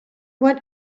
what